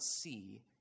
see